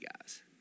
guys